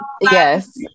Yes